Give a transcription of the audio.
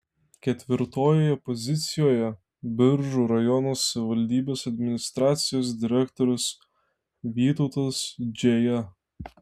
ketvirtojoje pozicijoje biržų rajono savivaldybės administracijos direktorius vytautas džėja